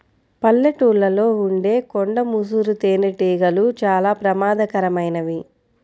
పల్లెటూళ్ళలో ఉండే కొండ ముసురు తేనెటీగలు చాలా ప్రమాదకరమైనవి